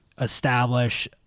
establish